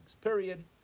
period